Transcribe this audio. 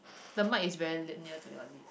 the mic is very lip near to your lip